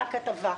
אם הייתה כתבה,